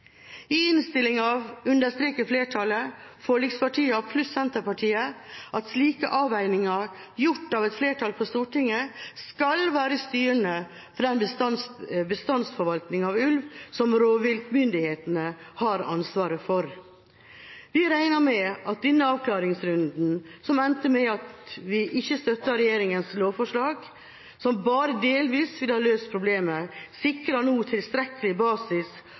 I innstillinga understreker flertallet, forlikspartiene pluss Senterpartiet, at slike avveininger gjort av et flertall på Stortinget skal være styrende for den bestandsforvaltningen av ulv som rovviltmyndighetene har ansvaret for. Vi regner med at denne avklaringsrunden, som endte med at vi ikke støtter regjeringas lovforslag – som bare delvis ville ha løst problemet – nå sikrer tilstrekkelig basis